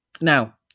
Now